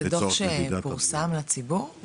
זה דוח שפורסם לציבור?